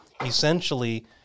essentially